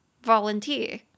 Volunteer